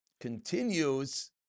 continues